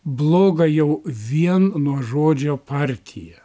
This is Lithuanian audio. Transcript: bloga jau vien nuo žodžio partija